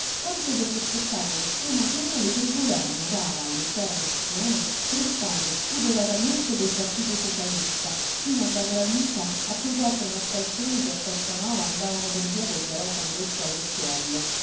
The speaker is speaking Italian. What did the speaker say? quanto per lo spettacolo stomachevole che il governo dava all'intera nazione trescando spudoratamente col partito socialista fino a darla vinta a quei quattro mascalzoni che a costanova andavano per via col garofano rosso